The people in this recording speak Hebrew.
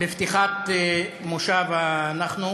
בפתיחת מושב אנחנו.